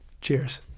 Cheers